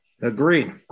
Agree